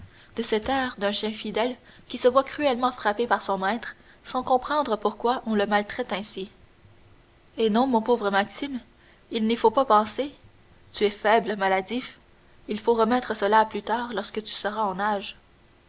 de cet air d'un chien fidèle qui se voit cruellement frappé par son maître sans comprendre pourquoi on le maltraite ainsi eh non mon pauvre maxime il n'y faut pas penser tu es faible maladif il faut remettre cela à plus tard lorsque tu seras en âge